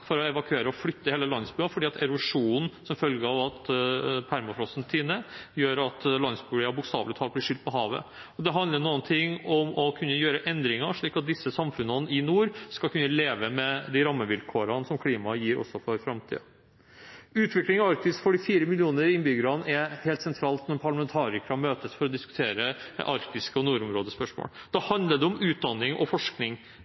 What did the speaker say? for å evakuere og flytte hele landsbyer, fordi erosjon som følge av at permafrosten tiner, gjør at landsbyer bokstavelig talt blir skylt på havet. Og det handler noe om å kunne gjøre endringer, slik at disse samfunnene i nord skal kunne leve med de rammevilkårene som klimaet gir, også i framtiden. Utviklingen av Arktis for de fire millioner innbyggerne er helt sentral når parlamentarikerne møtes for å diskutere arktiske spørsmål og nordområdespørsmål. Det handler om utdanning og forskning,